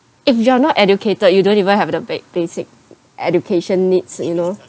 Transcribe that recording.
if you are not educated you don't even have the ba~ basic education needs you know